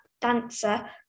Dancer